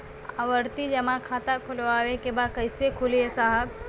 आवर्ती जमा खाता खोलवावे के बा कईसे खुली ए साहब?